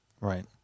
Right